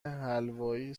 حلوای